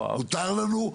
מותר לנו,